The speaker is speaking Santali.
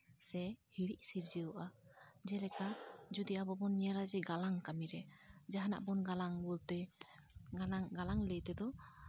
ᱥᱮ ᱦᱤᱲᱤᱡ ᱥᱤᱨᱡᱟᱹᱣᱚᱜᱼᱟ ᱡᱮᱞᱮᱠᱟ ᱡᱩᱫᱤ ᱟᱵᱚ ᱵᱚᱱ ᱧᱮᱞᱟ ᱡᱮ ᱜᱟᱞᱟᱝ ᱠᱟᱹᱢᱤᱨᱮ ᱡᱟᱦᱟᱱᱟᱜ ᱵᱚᱱ ᱜᱟᱞᱟᱝ ᱵᱚᱞᱛᱮ ᱜᱟᱞᱟᱝ ᱜᱟᱞᱟᱝ ᱞᱟᱹᱭ ᱛᱮᱫᱚ